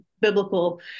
biblical